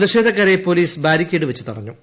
പ്രതിഷധക്കാരെ police barricade വച്ച് തടഞ്ഞു